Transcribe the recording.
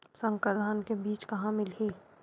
संकर धान के बीज कहां मिलही?